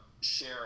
share